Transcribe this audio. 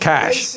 Cash